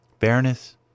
fairness